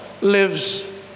lives